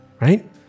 right